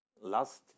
Last